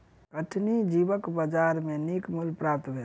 कठिनी जीवक बजार में नीक मूल्य प्राप्त भेल